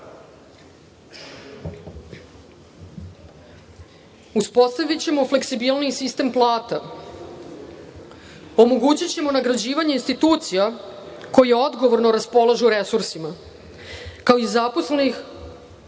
lica. Uspostavićemo fleksibilniji sistem plata. Omogućićemo nagrađivanje institucija koje odgovorno raspolažu resursima, kao i zaposlene